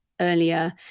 earlier